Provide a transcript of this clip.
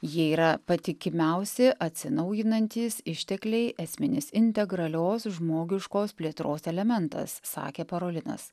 jie yra patikimiausi atsinaujinantys ištekliai esminis integralios žmogiškos plėtros elementas sakė parolinas